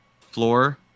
Floor